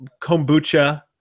kombucha